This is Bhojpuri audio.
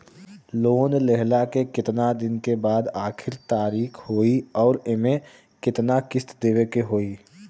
लोन लेहला के कितना दिन के बाद आखिर तारीख होई अउर एमे कितना किस्त देवे के होई?